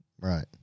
Right